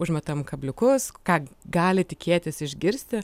užmetam kabliukus ką gali tikėtis išgirsti